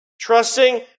Trusting